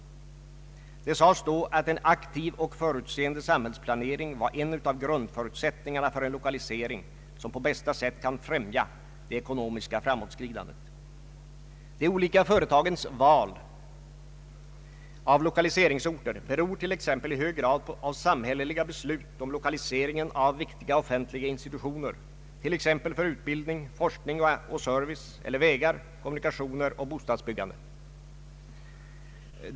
Det sades då att en aktiv och förutseende samhällsplanering var en av grundförutsättningarna för en lokalisering som på bästa sätt kan främja det ekonomiska framåtskridandet. De olika företagens val av lokaliseringsorter beror t.ex. i hög grad av samhälleliga beslut om lokaliseringen av viktiga offentliga institutioner, t.ex. för utbildning, forskning och service eller vägar, kommunikationer och bostadsbyggande.